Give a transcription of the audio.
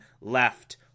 left